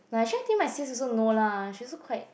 but I sure think my sis also no lah she also quite